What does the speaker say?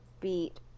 beat